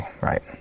right